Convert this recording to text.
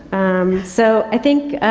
um, so, i think,